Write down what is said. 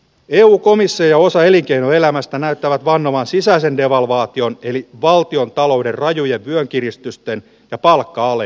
eu komissio osa elinkeinoelämästä näyttävät vannovan sisäisen devalvaation yli valtiontalouden rajuja kiristystä ja palkka ale